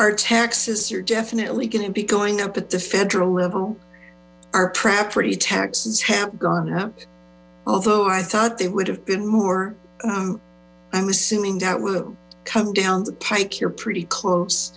our taxes are definitely going to be going up at the federal level our property taxes have gone up although i thought there would have been more i'm assuming that will come down the pike you're pretty close